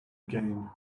again